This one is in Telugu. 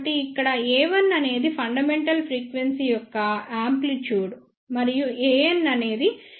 కాబట్టి ఇక్కడ A1 అనేది ఫండమెంటల్ ఫ్రీక్వెన్సీ యొక్క యాంప్లిట్యూడ్ మరియు An అనేది n వ హార్మోనిక్ యొక్క యాంప్లిట్యూడ్